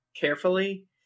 carefully